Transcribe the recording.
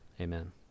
amen